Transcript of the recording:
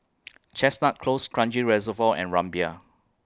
Chestnut Close Kranji Reservoir and Rumbia